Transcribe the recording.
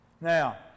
Now